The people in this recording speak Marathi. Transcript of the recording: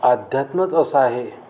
अध्यात्मच असं आहे